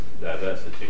diversity